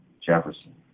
Jefferson